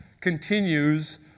continues